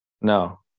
no